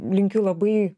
linkiu labai